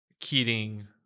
Keating